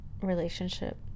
relationship